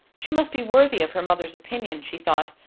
she must be worthy of her mother's opinion, she thought,